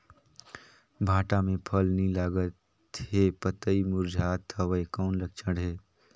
भांटा मे फल नी लागत हे पतई मुरझात हवय कौन लक्षण हे?